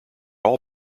all